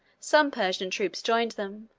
some persian troops joined them.